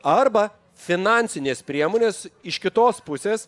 arba finansinės priemonės iš kitos pusės